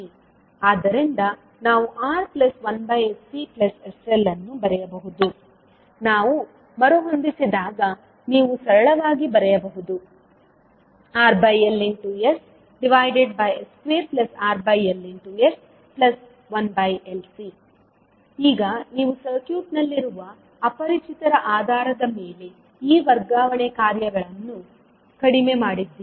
ಆದ್ದರಿಂದ ನಾವು R1sCsL ಅನ್ನು ಬರೆಯಬಹುದು ನಾವು ಮರುಹೊಂದಿಸಿದಾಗ ನೀವು ಸರಳವಾಗಿ ಬರೆಯಬಹುದು RLss2RLs 1LC ಈಗ ನೀವು ಸರ್ಕ್ಯೂಟ್ನಲ್ಲಿರುವ ಅಪರಿಚಿತರ ಆಧಾರದ ಮೇಲೆ ಈ ವರ್ಗಾವಣೆ ಕಾರ್ಯಗಳನ್ನು ಕಡಿಮೆ ಮಾಡಿದ್ದೀರಿ